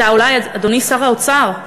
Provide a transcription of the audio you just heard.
אדוני שר האוצר,